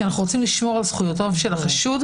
כי אנחנו רוצים לשמור על זכויותיו של החשוד,